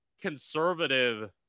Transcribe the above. conservative